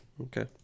Okay